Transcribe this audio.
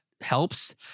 helps